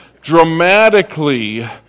dramatically